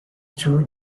two